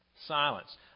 silence